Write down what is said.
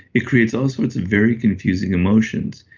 it creates all sorts of very confusing emotions.